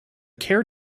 kerr